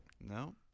No